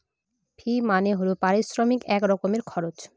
ফি মানে হল পারিশ্রমিক এক রকমের খরচ